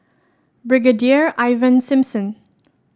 Brigadier Ivan Simson